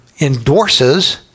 endorses